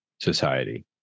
society